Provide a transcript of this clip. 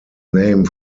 name